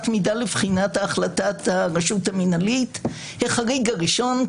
מידה לבחינת החלטת הרשות המינהלית החריג הראשון,